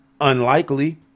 Unlikely